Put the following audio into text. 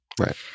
Right